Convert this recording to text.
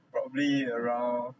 probably around